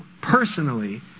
personally